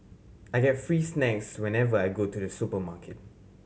I get free snacks whenever I go to the supermarket